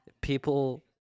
People